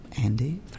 Andy